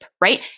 right